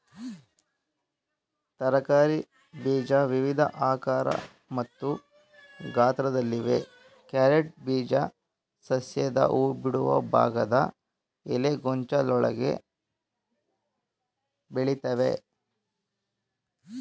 ತರಕಾರಿ ಬೀಜ ವಿವಿಧ ಆಕಾರ ಮತ್ತು ಗಾತ್ರದಲ್ಲಿವೆ ಕ್ಯಾರೆಟ್ ಬೀಜ ಸಸ್ಯದ ಹೂಬಿಡುವ ಭಾಗದ ಎಲೆಗೊಂಚಲೊಳಗೆ ಬೆಳಿತವೆ